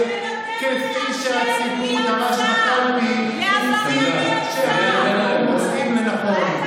כפי שהציבור דרש בקלפי וכפי שאנו מוצאים לנכון.